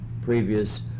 previous